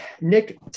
Nick